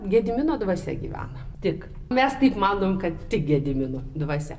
gedimino dvasia gyvena tik mes taip manom kad tik gedimino dvasia